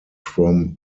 from